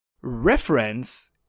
reference